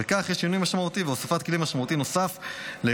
ובכך יש שינוי משמעותי והוספת כלי משמעותי ליכולת